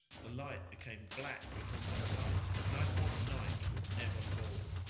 the light became black before my sight and i thought night would never-fall.